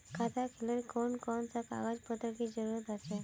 खाता खोलेले कौन कौन सा कागज पत्र की जरूरत होते?